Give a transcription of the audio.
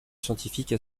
scientifique